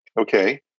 Okay